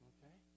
Okay